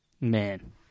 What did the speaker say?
man